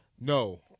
No